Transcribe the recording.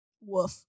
Woof